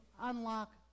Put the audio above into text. unlock